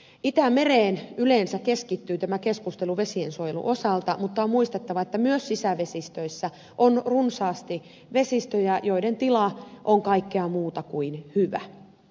itämereen yleensä keskittyy tämä keskustelu vesiensuojelun osalta mutta on muistettava että myös sisävesistöissä on runsaasti vesistöjä joiden tila on kaikkea muuta kuin hyvä